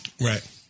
Right